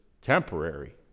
temporary